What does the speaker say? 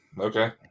Okay